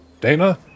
Dana